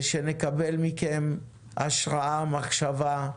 ושנקבל מכם השראה, מחשבה,